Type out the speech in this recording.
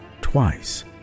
twice